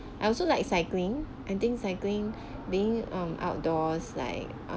I also like cycling I think cycling being um outdoors like